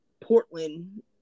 Portland